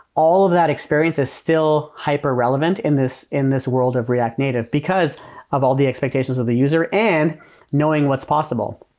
all of that experience is still hyper relevant in this in this world of react native because of all the expectations of the user and knowing what's possible.